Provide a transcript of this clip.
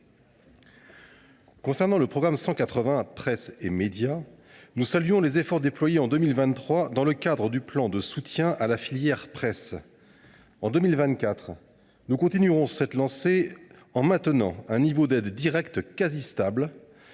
Concernant le programme 180 « Presse et médias », nous saluons les efforts déployés en 2023 dans le cadre du plan de soutien à la filière presse. En 2024, nous continuerons sur cette lancée en maintenant un niveau d’aides directes quasi stable,